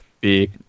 big